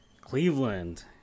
Cleveland